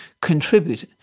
contribute